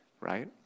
right